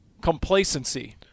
Complacency